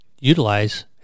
utilize